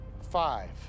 Five